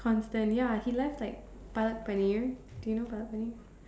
constant ya he left like Palak-Paneer do you know Palak-Paneer